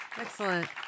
Excellent